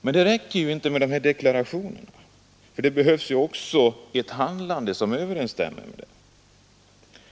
Men det räcker inte med de här deklarationerna, för det behövs ju också ett handlande som överensstämmer med dem.